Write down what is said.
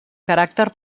caràcter